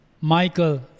Michael